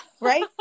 right